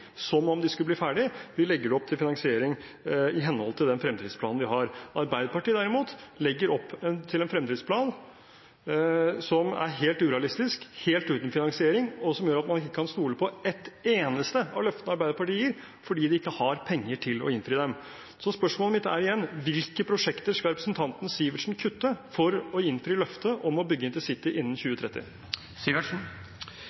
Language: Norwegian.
som om de skulle bli ferdige. Vi legger opp til finansiering i henhold til den fremdriftsplanen vi har. Arbeiderpartiet, derimot, legger opp til en fremdriftsplan som er helt urealistisk, helt uten finansiering, og som gjør at man ikke kan stole på et eneste av løftene Arbeiderpartiet gir, fordi de ikke har penger til å innfri dem. Spørsmålet mitt er igjen: Hvilke prosjekter skal representanten Sivertsen kutte for å innfri løftet om å bygge intercity innen